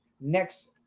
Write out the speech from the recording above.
next